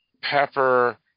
Pepper